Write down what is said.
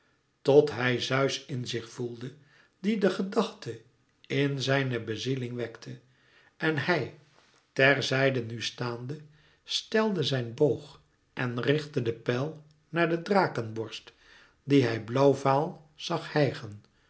tot hij zeus in zich voelde die de gedachte in zijne bezieling wekte en hij ter zijde nu staande stelde zijn boog en richtte de pijl naar de drakeborst die hij blauwvaal zag hijgen